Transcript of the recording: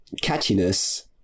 catchiness